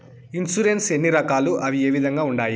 insurance ఎన్ని రకాలు అవి ఏ విధంగా ఉండాయి